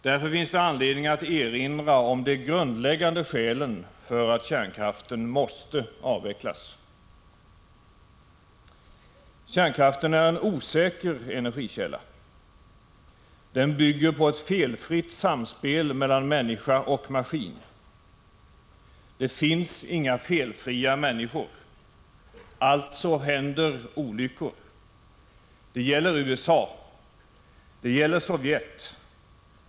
Därför finns det anledning att erinra om de grundläggande skälen för att kärnkraften måste avvecklas. Kärnkraften är en osäker energikälla. Den bygger på ett felfritt samspel mellan människa och maskin. Det finns inga felfria människor, alltså händer olyckor. Det gäller USA och det gäller Sovjet.